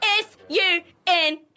S-U-N